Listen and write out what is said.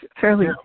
fairly